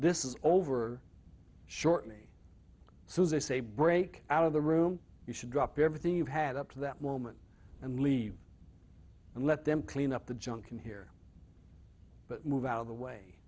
this is over shortly so they say break out of the room you should drop everything you had up to that moment and leave and let them clean up the junk in here but move out of the way